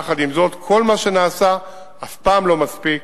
יחד עם זאת, כל מה שנעשה אף פעם לא מספיק.